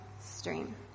stream